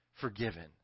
forgiven